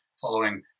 following